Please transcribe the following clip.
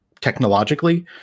technologically